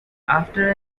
after